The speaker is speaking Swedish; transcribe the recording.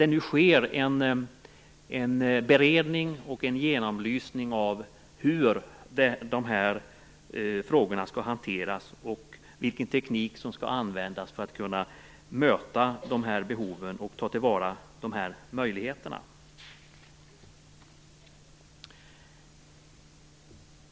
Det sker nu en beredning och en genomlysning av hur de här frågorna skall hanteras och vilken teknik som skall användas för att vi skall kunna möta de här behoven och ta till vara de här möjligheterna.